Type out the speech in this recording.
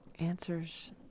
answers